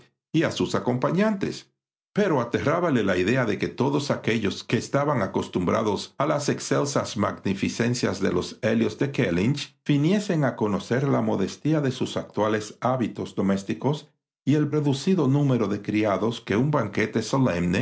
a sus acompañantes pero aterrábale la idea de que todos aquellos que estaban acostumbrados a las excelsas magnificencias de los elliot de kellynch viniesen a conocer la modestia de sus actuales hábitos domésticos y el reducido número de criados que un banquete